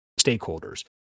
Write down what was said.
stakeholders